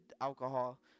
alcohol